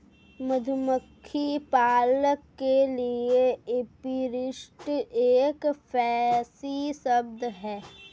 मधुमक्खी पालक के लिए एपीरिस्ट एक फैंसी शब्द है